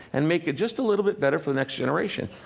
and make it just a little bit better for the next generation?